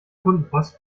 kundenpost